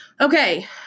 Okay